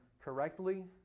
correctly